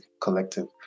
collective